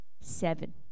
Seven